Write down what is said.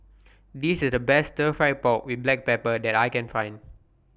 This IS The Best Stir Fried Pork with Black Pepper that I Can Find